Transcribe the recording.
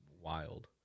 wild